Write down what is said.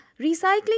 Recycling